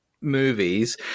movies